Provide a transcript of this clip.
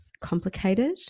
complicated